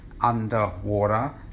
underwater